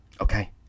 Okay